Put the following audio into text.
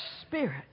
Spirit